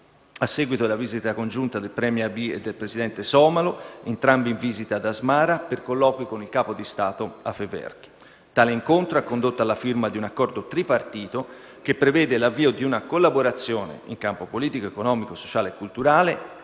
a seguito della visita congiunta del *premier* Abiy e del Presidente somalo, entrambi in visita ad Asmara per colloqui con il capo di Stato Afewerki. Tale incontro ha condotto alla firma di un accordo tripartito che prevede l'avvio di una collaborazione in campo politico, economico, sociale e culturale,